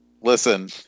Listen